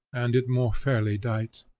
and it more fairly dight,